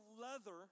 leather